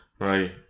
Right